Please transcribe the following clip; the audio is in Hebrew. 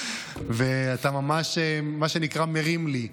ואתה ממש, מה שנקרא, מרים לי.